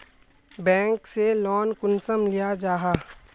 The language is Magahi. बैंक से लोन कुंसम लिया जाहा?